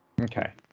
Okay